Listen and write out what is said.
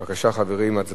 בבקשה, חברים, הצבעה.